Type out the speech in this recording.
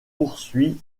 poursuit